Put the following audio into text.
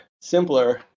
simpler